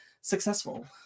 successful